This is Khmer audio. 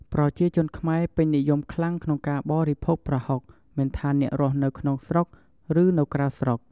ប្រជាជនខ្មែរពេញនិយមខ្លាំងក្នុងការបរិភោគប្រហុក មិនថាអ្នករស់នៅក្នុងស្រុក ឬនៅក្រៅស្រុក។